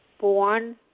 born